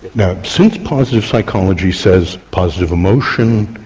you know since positive psychology says positive emotion,